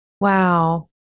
Wow